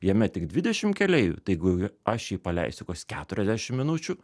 jame tik dvidešim keleivių tai jeigu aš jį paleisiu kas keturiasdešim minučių